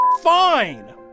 fine